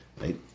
right